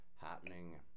happening